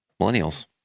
millennials